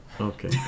Okay